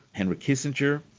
henry kissinger,